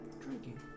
drinking